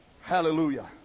Hallelujah